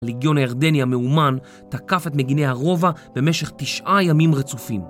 הליגיון הירדני המאומן תקף את מגני הרובע במשך תשעה ימים רצופים.